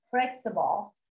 flexible